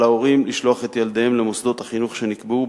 על ההורים לשלוח את ילדיהם למוסדות החינוך שנקבעו,